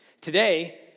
Today